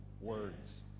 words